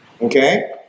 Okay